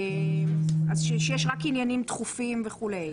שיש רק עניינים דחופים וכו'.